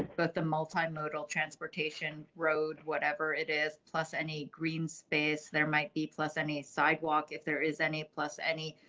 but the multi modal transportation road, whatever it is, plus any green space, there might be plus any sidewalk. if there is any plus any.